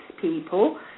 people